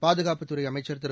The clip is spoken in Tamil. பாதுகாப்புத் துறை அமைச்சர் திரு